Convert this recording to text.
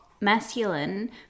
masculine